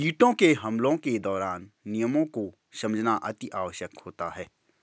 कीटों के हमलों के दौरान नियमों को समझना अति आवश्यक होता है